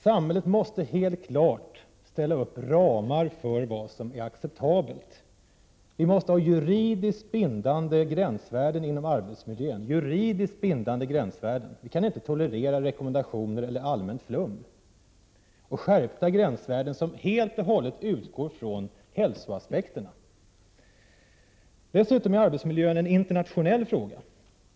Samhället måste helt klart ställa upp ramar för vad som är acceptabelt. Vi måste ha juridiskt bindande gränsvärden när det gäller arbetsmiljön. Det går inte att tolerera rekommendationer eller allmänt flum. Det måste bli en skärpning av gränsvärdena, så att det blir värden som helt och hållet baseras på hälsoaspekterna. Dessutom är arbetsmiljön en internationell fråga.